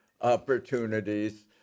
opportunities